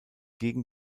gegen